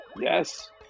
Yes